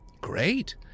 Great